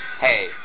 hey